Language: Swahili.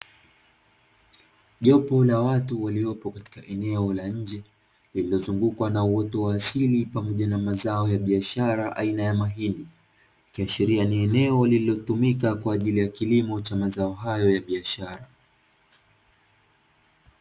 Jopo la watu waliopo katika eneo la nje, lililozungukwa na uoto wa asili pamoja na mazao ya biashara aina ya mahindi, ikiashiria ni eneo lililotumika kwa ajili ya kilimo cha mazao hayo ya biashara.